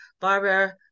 Barbara